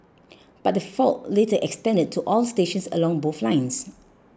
but the fault later extended to all stations along both lines